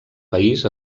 país